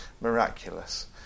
Miraculous